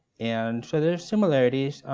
and so there are similarities.